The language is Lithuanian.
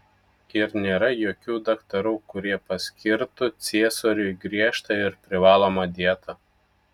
ir nėra jokių daktarų kurie paskirtų ciesoriui griežtą ir privalomą dietą